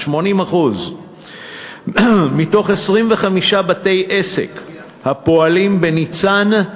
80%. מתוך 25 בתי-עסק הפועלים בניצן,